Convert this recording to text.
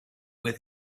with